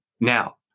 Now